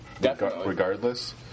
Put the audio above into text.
regardless